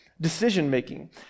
decision-making